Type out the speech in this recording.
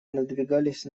надвигались